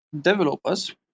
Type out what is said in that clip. developers